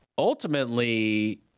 Ultimately